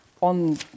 on